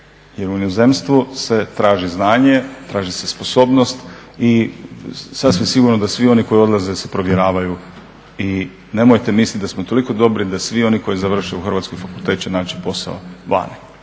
jer u inozemstvu se traži znanje, traži se sposobnost i sasvim sigurno da svi oni koji odlaze da se provjeravaju i nemojte misliti da smo toliko dobri da svi oni koji završe u Hrvatskoj fakultet da će naći posao vani.